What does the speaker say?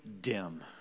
dim